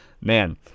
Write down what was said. man